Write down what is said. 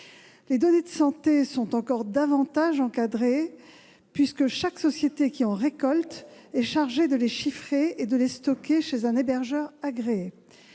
Les données de santé sont encore davantage encadrées, puisque chaque société qui en récolte est chargée de les chiffrer et de les stocker chez un hébergeur agréé.